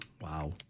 Wow